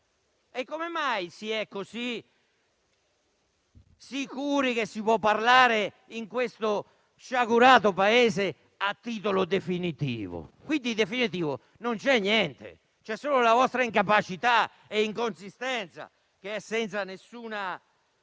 E come mai si è così sicuri che si può parlare in questo sciagurato Paese a titolo definitivo? Qui di definitivo non c'è niente. Ci sono solo la vostra incapacità e la vostra inconsistenza, senza alcuna